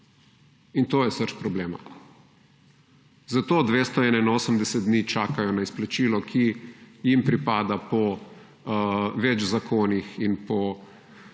In to je srž problema. Zato 281 dni čakajo na izplačilo, ki jim pripada po več zakonih in po, če